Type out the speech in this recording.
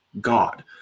God